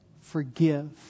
forgive